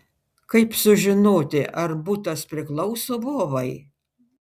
kaip sužinoti ar butas priklauso vovai